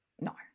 No